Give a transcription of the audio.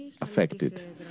affected